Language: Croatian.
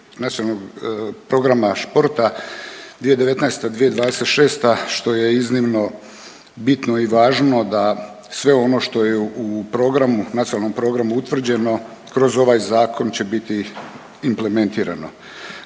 nacionalnog programa športa 2019.-2026. što je iznimno bitno i važno da sve ono što je u programu, nacionalnom programu utvrđeno kroz ovaj zakon će biti implementirano.